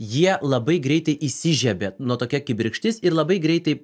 jie labai greitai įsižiebia nu tokia kibirkštis ir labai greitai